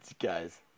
guys